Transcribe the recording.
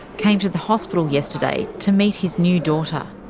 came to the hospital yesterday to meet his new daughter.